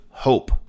Hope